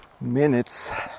minutes